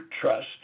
trust